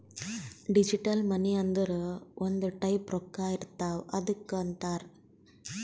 digital money ಅಂದುರ್ ಒಂದ್ type ರೊಕ್ಕಾ ಇರ್ತಾವ್ ಅದ್ದುಕ್ ಅಂತಾರ್